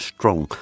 Strong